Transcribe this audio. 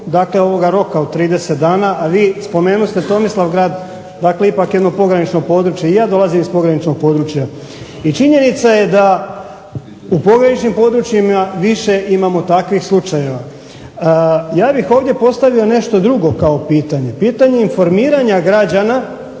dakle ovoga roka od 30 dana, a vi spomenuste Tomislavgrad dakle ipak jedno pogranično područje. I ja dolazim iz pograničnog područja i činjenica je da u pograničnim područjima imamo više takvih slučajeva. Ja bih ovdje postavio ovdje nešto drugo kao pitanje, pitanje informiranje građana